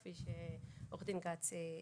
כפי שעורך דין כץ אמר.